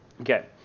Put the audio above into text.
Okay